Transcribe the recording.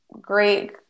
great